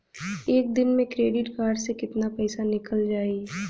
एक दिन मे क्रेडिट कार्ड से कितना पैसा निकल जाई?